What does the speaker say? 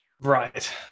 Right